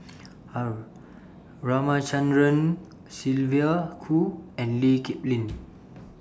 R Ramachandran Sylvia Kho and Lee Kip Lin